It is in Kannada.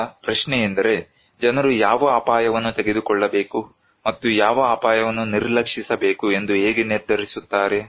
ಈಗ ಪ್ರಶ್ನೆಯೆಂದರೆ ಜನರು ಯಾವ ಅಪಾಯವನ್ನು ತೆಗೆದುಕೊಳ್ಳಬೇಕು ಮತ್ತು ಯಾವ ಅಪಾಯವನ್ನು ನಿರ್ಲಕ್ಷಿಸಬೇಕು ಎಂದು ಹೇಗೆ ನಿರ್ಧರಿಸುತ್ತಾರೆ